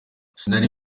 sinari